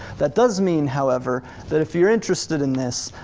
that does mean however that if you're interested in this,